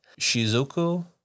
Shizuku